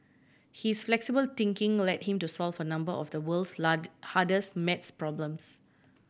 his flexible thinking led him to solve a number of the world's hardest maths problems